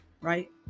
right